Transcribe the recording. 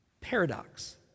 Paradox